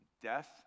Death